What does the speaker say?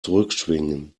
zurückschwingen